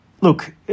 Look